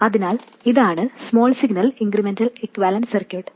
അതിനാൽ ഇതാണ് small signal incremental equivalent circuit